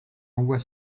envoie